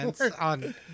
on